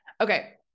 Okay